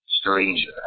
stranger